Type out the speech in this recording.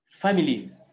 families